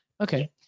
Okay